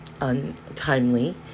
untimely